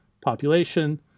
population